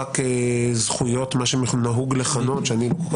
רק זכויות מה שנהוג לכנות ואני לא כל